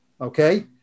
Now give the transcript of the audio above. Okay